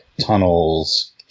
tunnels